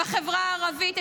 בחברה הערבית,